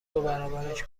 دوبرابرش